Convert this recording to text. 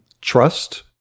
trust